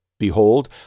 Behold